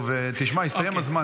לא, מי שביקר זה נציגים מכל סיעה.